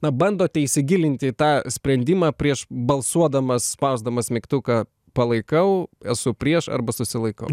na bandote įsigilinti į tą sprendimą prieš balsuodamas spausdamas mygtuką palaikau esu prieš arba susilaikau